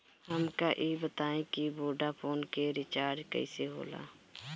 हमका ई बताई कि वोडाफोन के रिचार्ज कईसे होला?